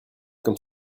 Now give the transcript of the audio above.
comme